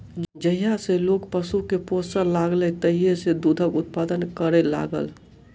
जहिया सॅ लोक पशु के पोसय लागल तहिये सॅ दूधक उत्पादन करय लागल